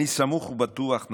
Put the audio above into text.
אני סמוך ובטוח,